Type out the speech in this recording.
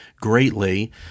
greatly